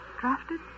Drafted